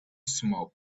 smoke